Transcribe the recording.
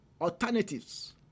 alternatives